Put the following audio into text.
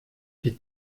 die